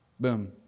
Boom